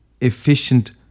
efficient